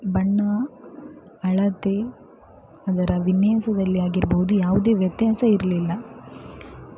ಬಣ್ಣ ಆಳತೆ ಅದರ ವಿನ್ಯಾಸದಲ್ಲಿ ಆಗಿರ್ಬೌದು ಯಾವುದೇ ವ್ಯತ್ಯಾಸ ಇರಲಿಲ್ಲ